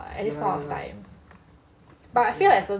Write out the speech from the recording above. at this point of time but I feel like